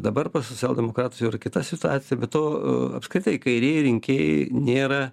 dabar pas socialdemokratus yra kita situacija be to apskritai kairieji rinkėjai nėra